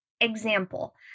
Example